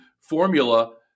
formula